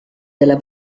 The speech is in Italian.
della